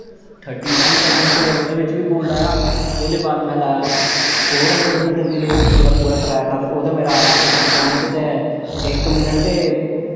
thirty one second ते ओह्दे च बी गोल्ड आया ओह्दे बाद में लाया फोर हंडर्ड़ मीटर दी दौड़ च पूरा ट्रैक हा ते ओह्दे च मेरा आया इक पवाईंट ते इक मिन्ट ते